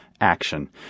Action